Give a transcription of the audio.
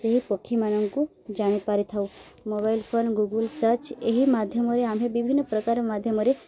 ସେହି ପକ୍ଷୀମାନଙ୍କୁ ଜାଣିପାରିଥାଉ ମୋବାଇଲ୍ ଫୋନ୍ ଗୁଗୁଲ୍ ସର୍ଚ୍ଚ ଏହି ମାଧ୍ୟମରେ ଆମେ ବିଭିନ୍ନ ପ୍ରକାର ମାଧ୍ୟମରେ